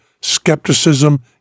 Skepticism